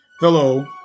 Hello